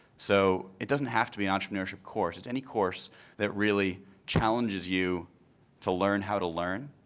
so it doesn't have to be an entrepreneurship course. it's any course that really challenges you to learn how to learn.